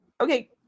Okay